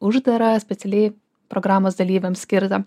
uždarą specialiai programos dalyviams skirtą